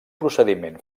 procediment